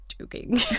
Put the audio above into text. joking